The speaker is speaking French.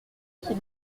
qui